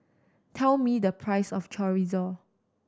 tell me the price of Chorizo